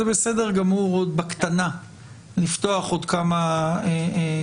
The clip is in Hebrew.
זה בסדר גמור עוד בקטנה לפתוח עוד כמה סוגיות.